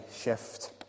shift